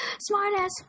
smart-ass